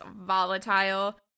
volatile